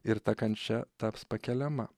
ir ta kančia taps pakeliama